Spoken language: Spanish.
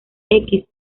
fue